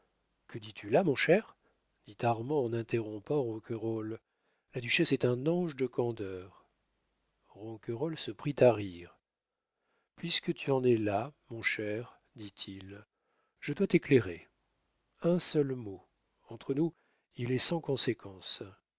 que dis-tu là mon cher dit armand en interrompant ronquerolles la duchesse est un ange de candeur ronquerolles se prit à rire puisque tu en es là mon cher dit-il je dois t'éclairer un seul mot entre nous il est sans conséquence